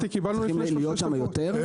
צריכים להיות שם יותר.